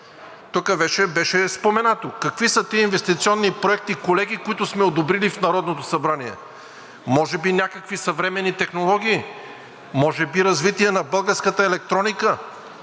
вече беше споменато какви са тези инвестиционни проекти, колеги, които сме одобрили в Народното събрание. Може би са някакви съвременни технологии, може би развитието на българската електроника,